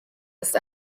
ist